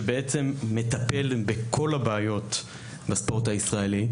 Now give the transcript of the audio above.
שבעצם מטפל בכל הבעיות בספורט הישראלי.